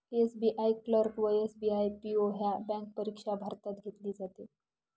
SBI clerk व SBI PO ह्या bank परीक्षा भारतात घेतली जाते